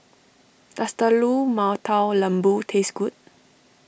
does Telur Mata Lembu taste good